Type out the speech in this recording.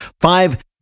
Five